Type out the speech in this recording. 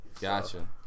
Gotcha